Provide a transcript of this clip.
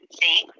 See